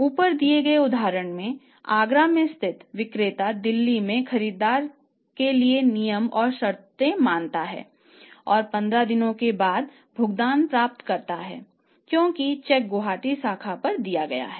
ऊपर दिए गए उदाहरण में आगरा में स्थित विक्रेता दिल्ली में खरीदार के लिए नियम और शर्तें मानता है और 15 दिनों के बाद भुगतान प्राप्त करता है क्योंकि चेक गुवाहाटी शाखा पर दिया गया है